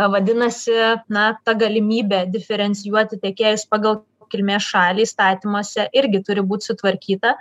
vadinasi na ta galimybė diferencijuoti tiekėjus pagal kilmės šalį įstatymuose irgi turi būt sutvarkyta